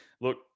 Look